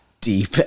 deep